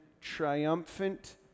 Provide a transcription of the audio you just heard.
triumphant